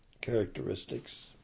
characteristics